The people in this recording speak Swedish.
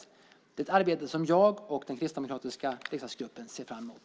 Det är ett arbete som jag och den kristdemokratiska riksdagsgruppen ser fram emot.